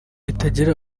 itagira